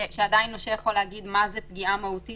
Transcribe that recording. שעדיין נושה יכול להגיד מה זו פגיעה מהותית